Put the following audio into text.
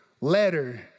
letter